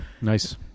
nice